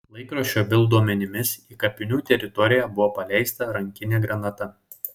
laikraščio bild duomenimis į kapinių teritoriją buvo paleista rankinė granata